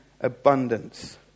abundance